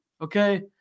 Okay